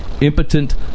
impotent